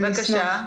בבקשה.